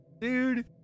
Dude